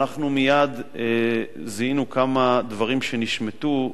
מכיוון שמייד זיהינו כמה דברים שנשמטו,